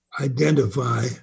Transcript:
identify